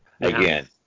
Again